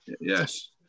Yes